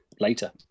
later